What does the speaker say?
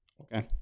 Okay